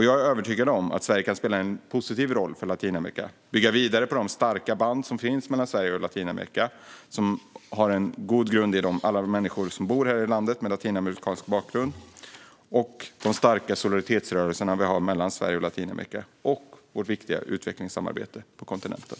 Jag är övertygad om att Sverige kan spela en positiv roll för Latinamerika och bygga vidare på de starka band som finns mellan Sverige och Latinamerika, som har en god grund i alla de människor med latinamerikansk bakgrund som bor här i landet, de starka solidaritetsrörelserna mellan Sverige och Latinamerika och vårt viktiga utvecklingssamarbete på kontinenten.